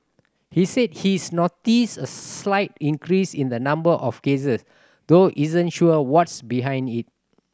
he said he's noticed a slight increase in the number of cases though isn't sure what's behind it